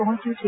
પહોંચ્યું છે